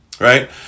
right